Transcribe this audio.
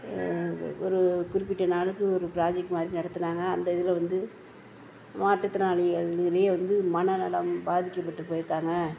ஒரு குறிப்பிட்ட நாளைக்கு ஒரு புராஜெக்ட் மாதிரி நடத்தினாங்க அந்த இதில் வந்து மாற்றுத்திறனாளிகள் நிறைய வந்து மனநலம் பாதிக்கப்பட்டு போய்ருக்காங்க